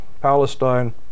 Palestine